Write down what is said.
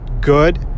good